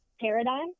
paradigm